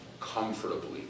comfortably